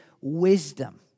wisdom